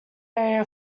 area